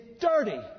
dirty